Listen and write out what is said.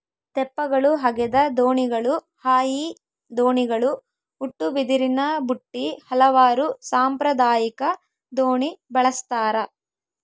ತೆಪ್ಪಗಳು ಹಗೆದ ದೋಣಿಗಳು ಹಾಯಿ ದೋಣಿಗಳು ಉಟ್ಟುಬಿದಿರಿನಬುಟ್ಟಿ ಹಲವಾರು ಸಾಂಪ್ರದಾಯಿಕ ದೋಣಿ ಬಳಸ್ತಾರ